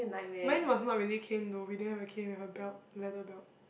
mine was not really cane though we didn't have a cane we have a belt leather belt